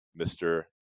Mr